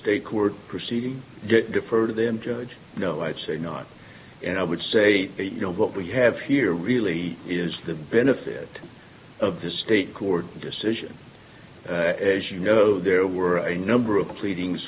state court proceeding defer to them judge you know i'd say not and i would say you know what we have here really is the benefit of the state court decision as you know there were a number of pleading